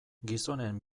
gizonen